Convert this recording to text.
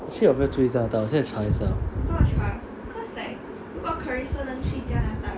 actually 我没有注意加拿大我现在查一下